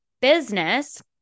business